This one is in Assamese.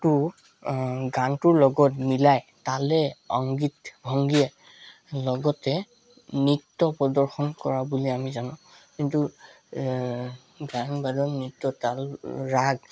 টো গানটোৰ লগত মিলাই অংগীত ভংগীয়ে লগতে নৃত্য প্ৰদৰ্শন কৰা বুলি আমি জানো কিন্তু গান বাদন নৃত্য তাল ৰাগ